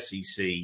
SEC